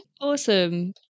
Awesome